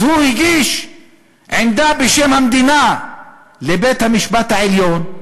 אז הוא הגיש עמדה בשם המדינה לבית-המשפט העליון,